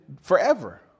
forever